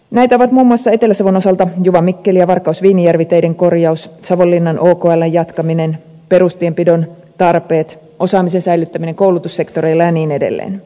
näitä ovat muun muassa etelä savon osalta juvamikkeli ja varkausviinijärvi teiden korjaus savonlinnan okln jatkaminen perustienpidon tarpeet osaamisen säilyttäminen koulutussektoreilla ja niin edelleen